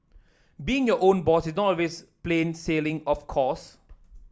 being your own boss is not always plain sailing of course